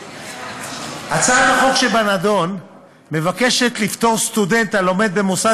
הצעת החוק שבנדון מבקשת לפטור סטודנט הלומד במוסד